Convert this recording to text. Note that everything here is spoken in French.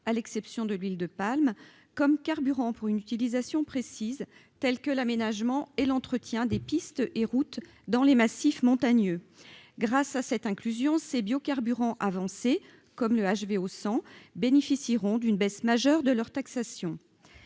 à l'exception de l'huile de palme comme carburant pour une utilisation précise-t-elle que l'aménagement et l'entretien des pistes et routes dans les massifs montagneux, grâce à cette inclusion ces biocarburants avancés comme le HVO 100 bénéficieront d'une baisse majeure de leur taxation